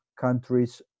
countries